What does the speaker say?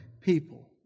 people